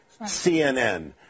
CNN